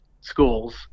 schools